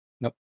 Nope